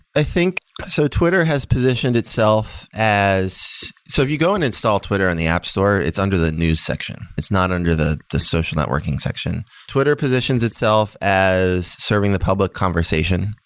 i think, so twitter has positioned itself as so if you go and install twitter in the app store, it's under the news section. it's not under the the social networking section. twitter positions as serving the public conversation,